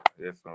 yes